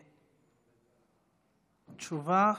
תשובה,